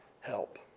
help